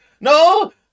No